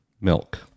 milk